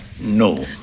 no